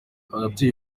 abatuye